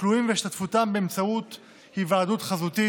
כלואים והשתתפותם באמצעות היוועדות חזותית,